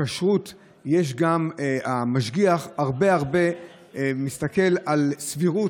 בכשרות המשגיח מסתכל הרבה הרבה על סבירות,